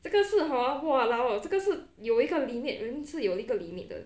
这个是 hor !walao! 这个是有一个 limit 人是有一个 limit 的